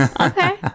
okay